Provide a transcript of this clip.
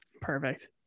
perfect